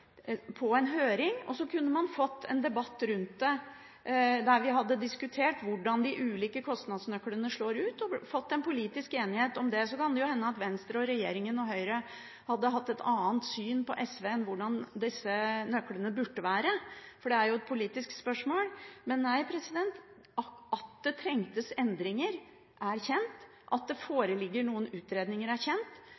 på en høring. Da kunne man fått en debatt om det, der vi hadde diskutert hvordan de ulike kostnadsnøklene slår ut, og fått en politisk enighet om det. Så kan det hende at Venstre og regjeringen og Høyre hadde hatt et annet syn enn SV på hvordan disse nøklene burde være, for det er jo et politisk spørsmål. At det trengtes endringer er kjent, at det foreligger noen utredninger er kjent, men at